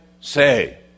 say